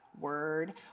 word